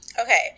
Okay